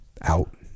Out